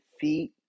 feet